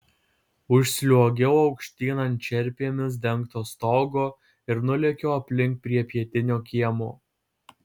užsliuogiau aukštyn ant čerpėmis dengto stogo ir nulėkiau aplink prie pietinio kiemo